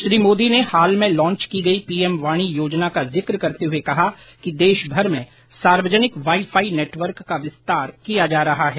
श्री मोदी ने हाल में लॉन्च की गई पीएम वाणी योजना का जिक करते हुए कहा कि देशभर में सार्वजनिक वाई फाई नेटवर्क का विस्तार किया जा रहा है